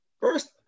First